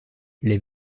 les